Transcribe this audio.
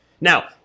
Now